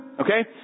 Okay